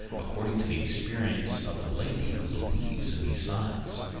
according to the experience of a lady who believes in these signs.